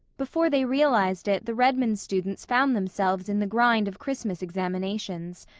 before they realized it the redmond students found themselves in the grind of christmas examinations,